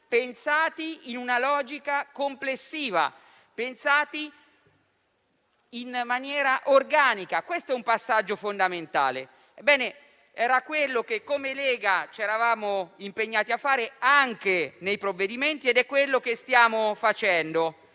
pensati in una logica complessiva, pensati in maniera organica. Questo è un passaggio fondamentale. Era quello che, come Lega, ci eravamo impegnati a fare anche nei provvedimenti ed è quello che stiamo facendo.